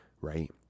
right